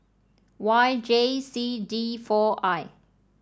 Y J C D four I